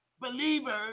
believers